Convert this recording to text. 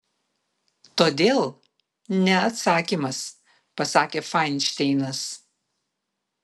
todėl ne atsakymas pasakė fainšteinas